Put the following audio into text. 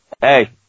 hey